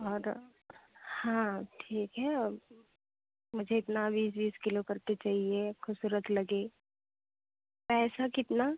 और हाँ ठीक है और मुझे इतना यह बीस बीस किलो करके चहिए ख़ूबसूरत लगे पैसा कितना